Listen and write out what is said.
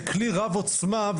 זה כלי רב עוצמה,